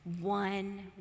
one